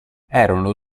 erano